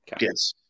Yes